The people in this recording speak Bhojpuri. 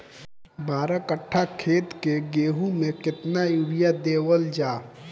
बारह कट्ठा खेत के गेहूं में केतना यूरिया देवल जा?